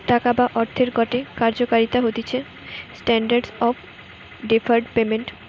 টাকা বা অর্থের গটে কার্যকারিতা হতিছে স্ট্যান্ডার্ড অফ ডেফার্ড পেমেন্ট